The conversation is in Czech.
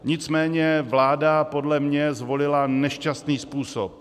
Nicméně vláda podle mě zvolila nešťastný způsob.